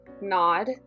nod